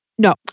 No